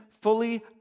fully